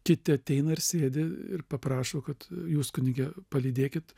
kiti ateina ir sėdi ir paprašo kad jūs kunige palydėkit